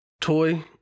toy